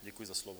Děkuji za slovo.